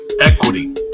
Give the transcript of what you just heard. equity